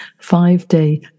five-day